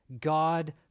God